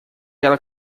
ela